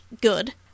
good